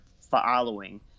following